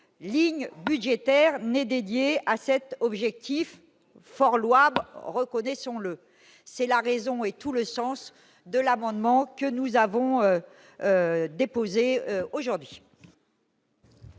ligne budgétaire n'est dédié à cet objectif fort louable, reconnaissons-le, c'est la raison et tout le sens de l'amendement que nous avons déposée aujourd'hui.